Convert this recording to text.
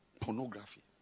pornography